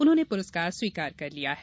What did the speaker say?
उन्होंने पुरस्कार स्वीकार कर लिया है